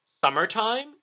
summertime